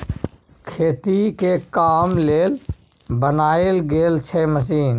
खेती के काम लेल बनाएल गेल छै मशीन